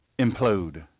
implode